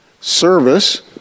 service